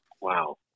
Wow